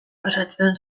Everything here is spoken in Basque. pasatzen